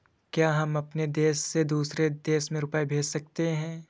क्या हम अपने देश से दूसरे देश में रुपये भेज सकते हैं?